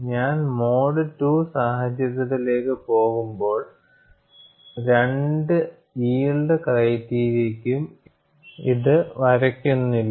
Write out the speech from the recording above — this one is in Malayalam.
ഞാൻ മോഡ് II സാഹചര്യത്തിലേക്ക് പോകുമ്പോൾ രണ്ട് യിൽഡ് ക്രൈറ്റീരിയ്ക്കും ഇത് വരയ്ക്കുന്നില്ല